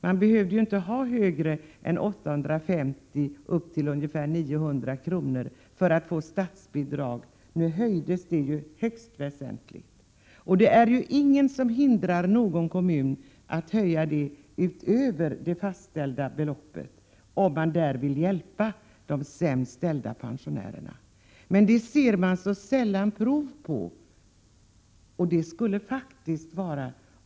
Man behövde inte ha mer än 850-900 kr. för att få statsbidrag. Nu höjdes ju beloppet högst väsentligt. Ingenting hindrar en kommun att höja utöver det fastställda beloppet, om man vill hjälpa de sämst ställda pensionärerna. Men ett sådant handlingssätt ser man sällan prov på.